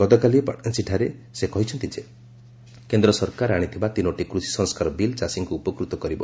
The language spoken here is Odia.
ଗତକାଲି ପାଣାଜୀଠାରେ ସେ କହିଛନ୍ତି ଯେ କେନ୍ଦ୍ର ସରକାର ଆଶିଥିବା ତିନୋଟି କୃଷି ସଂସ୍କାର ବିଲ୍ ଚାଷୀଙ୍କୁ ଉପକୃତ କରିବ